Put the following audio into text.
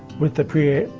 with the prea,